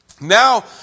Now